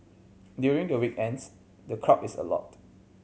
during the weekends the crowd is a lot